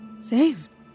Saved